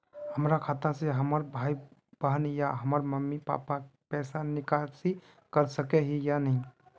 हमरा खाता से हमर भाई बहन या हमर मम्मी पापा पैसा निकासी कर सके है या नहीं?